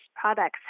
products